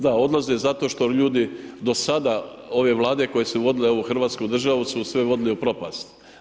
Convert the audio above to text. Da odlaze zato što ljudi do sada ove Vlade koje su vodili ovu Hrvatsku državu su sve vodili u propast.